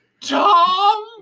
Tom